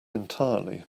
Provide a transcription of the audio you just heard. entirely